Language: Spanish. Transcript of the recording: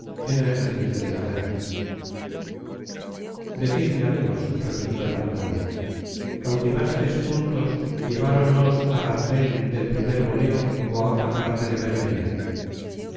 en el ejercicio de la guerra decidme amigos replicó el alcalde cautivastes juntos lleváron os á argel del primer boleo ó á otra parte de berbería